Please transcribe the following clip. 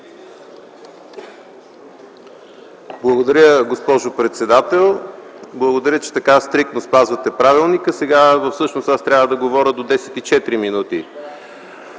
Благодаря, госпожо председател. Благодаря, че така стриктно спазвате правилника. Сега всъщност аз трябва да говоря до 10,04 ч.